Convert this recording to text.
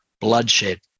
bloodshed